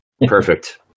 Perfect